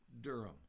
Durham